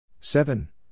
seven